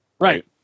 Right